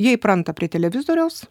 jie įpranta prie televizoriaus